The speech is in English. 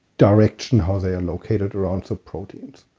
direction how they are located around the proteins.